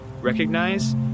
recognize